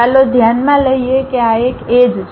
ચાલો ધ્યાનમાં લઈએ કે આ એક એજ છે